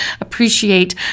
appreciate